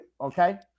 Okay